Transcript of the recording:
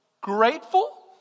grateful